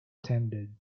attended